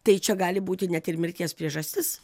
tai čia gali būti net ir mirties priežastis